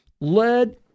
led